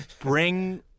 bring—